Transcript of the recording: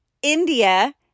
India